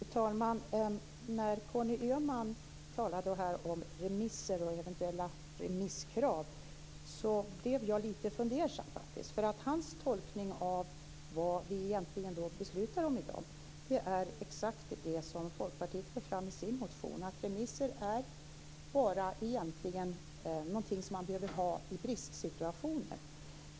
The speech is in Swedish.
Fru talman! När Conny Öhman talade om remisser och eventuella remisskrav blev jag lite fundersam. Hans tolkning av vad vi egentligen skall besluta om här i dag är exakt det som Folkpartiet för fram i sin motion, att remisser behövs egentligen bara i bristsituationer.